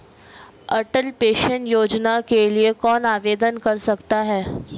अटल pension Yojana के लिए कौन आवेदन कर सकता है?